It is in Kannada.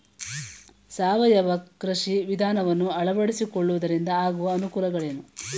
ಸಾವಯವ ಕೃಷಿ ವಿಧಾನವನ್ನು ಅಳವಡಿಸಿಕೊಳ್ಳುವುದರಿಂದ ಆಗುವ ಅನುಕೂಲಗಳೇನು?